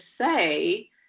say